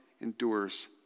endures